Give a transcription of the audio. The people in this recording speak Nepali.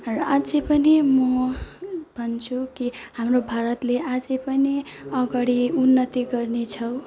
र अझै पनि म भन्छु कि हाम्रो भारतले अझै पनि अगाडि उन्नति गर्नेछौँ